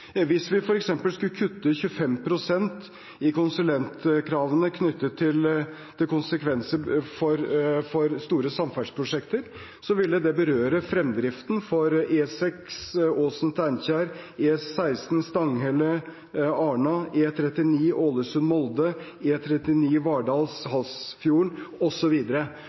Hvis vi f.eks. skulle kutte 25 pst. i konsulentkravene knyttet til konsekvenser for store samferdselsprosjekter, ville det berøre fremdriften for E6 Åsen–Steinkjer, E16 Stanghelle–Arna, E39 Ålesund–Molde, E39 Vartdal–Halsafjorden, osv. Poenget er